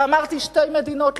ואמרתי: שתי מדינות,